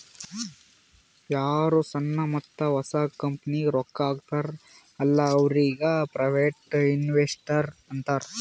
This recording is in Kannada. ಯಾರು ಸಣ್ಣು ಮತ್ತ ಹೊಸ ಕಂಪನಿಗ್ ರೊಕ್ಕಾ ಹಾಕ್ತಾರ ಅಲ್ಲಾ ಅವ್ರಿಗ ಪ್ರೈವೇಟ್ ಇನ್ವೆಸ್ಟರ್ ಅಂತಾರ್